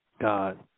God